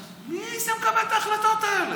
מי זה מקבל את ההחלטות האלה?